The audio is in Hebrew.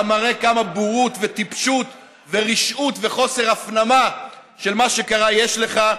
אתה מראה כמה בורות וטיפשות ורשעות וחוסר הפנמה של מה שקרה יש לך,